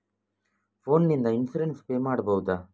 Phone ನಿಂದ insurance pay ಮಾಡಬಹುದ?